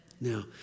Now